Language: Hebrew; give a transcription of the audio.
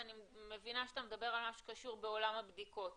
אני מבינה שאתה מדבר על משהו שקשור בעולם הבדיקות.